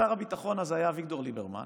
שר הביטחון אז היה אביגדור ליברמן,